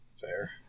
fair